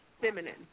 feminine